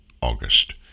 August